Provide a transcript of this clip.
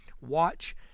Watch